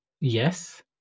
Yes